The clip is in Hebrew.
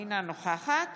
אינה נוכחת